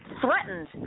threatened